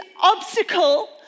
obstacle